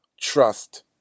Trust